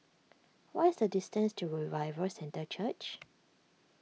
what is the distance to Revival Centre Church